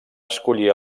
escollir